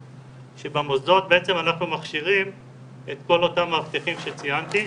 שבמוסדות בעצם אנחנו מכשירים את כל אותם מאבטחים שציינתי,